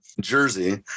jersey